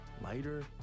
lighter